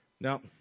now